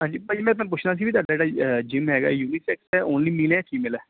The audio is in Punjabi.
ਹਾਂਜੀ ਭਾਅ ਜੀ ਮੈਂ ਤੁਹਾਨੂੰ ਪੁੱਛਣਾ ਸੀ ਵੀ ਤੁਹਾਡਾ ਜਿਹੜਾ ਜਿੰਮ ਹੈਗਾ ਯੂਨੀਸੈਕਸ ਹੈ ਔਨਲੀ ਮੇਲ ਹੈ ਫੀਮੇਲ ਹੈ